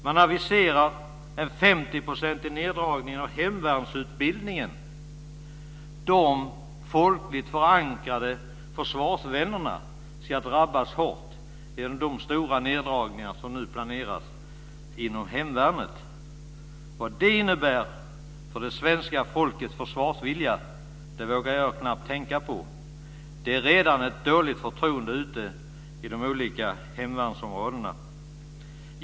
Man aviserar en De folkligt förankrade försvarsvännerna ska drabbas hårt genom de stora neddragningar som nu planeras inom hemvärnet. Vad det innebär för det svenska folkets försvarsvilja vågar jag knappt tänka på. Det är redan ett dåligt förtroende ute i de olika hemvärnsområdena.